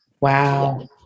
Wow